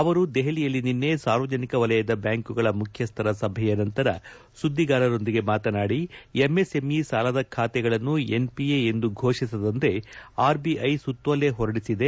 ಅವರು ದೆಹಲಿಯಲ್ಲಿ ನಿನ್ನೆ ಸಾರ್ವಜನಿಕ ವಲಯದ ಬ್ವಾಂಕುಗಳ ಮುಖ್ಚಸ್ಟರ ಸಭೆಯ ನಂತರ ಸುದ್ದಿಗಾರರ ಜೊತೆ ಮಾತನಾಡಿ ಎಂಎಸ್ಎಂಇ ಸಾಲದ ಬಾತೆಗಳನ್ನು ಎನ್ಒಎ ಎಂದು ಘೋಷಿಸದಂತೆ ಆರ್ಬಿಐ ಸುತ್ತೋಲೆ ಹೊರಡಿಸಿದೆ